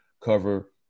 cover